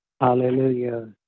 Hallelujah